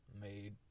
made